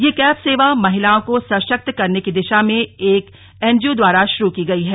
यह कैब सेवा महिलाओं को सक्त करने की दिा में एक एनजीओ द्वारा शुरू की गई है